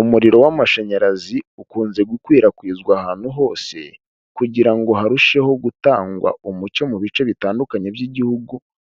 Umuriro w'amashanyarazi ukunze gukwirakwizwa ahantu hose, kugira ngo harusheho gutangwa umucyo mu bice bitandukanye by'igihugu,